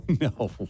No